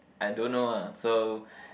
I don't know ah so